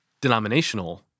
denominational